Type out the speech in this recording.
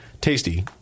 Tasty